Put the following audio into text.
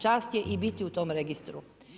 Čast je i biti u tom registru.